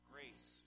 Grace